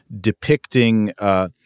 depicting